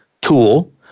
tool